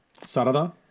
Sarada